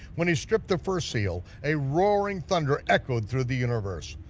when he stripped the first seal, a roaring thunder echoed through the universe.